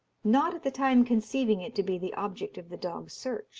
not at the time conceiving it to be the object of the dog's search